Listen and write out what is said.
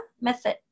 method